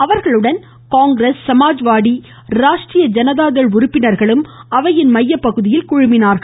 அவர்களுடன் காங்கிரஸ் சமாஜ்வாடி ராஷ்ட்ரிய ஜனதா தள் உறுப்பினர்களும் அவையின் மைய பகுதியில் குழுமினார்கள்